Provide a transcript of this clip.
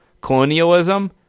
colonialism